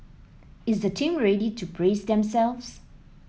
is the team ready to brace themselves